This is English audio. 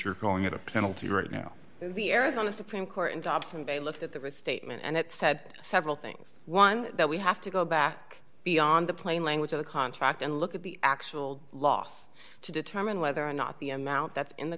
you're calling it a penalty right now the arizona supreme court and dobson they looked at the statement and it said several things one that we have to go back beyond the plain language of the contract and look at the actual loss to determine whether or not the amount that's in the